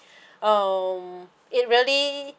um it really